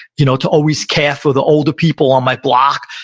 you know to always care for the older people on my block.